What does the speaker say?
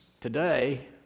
Today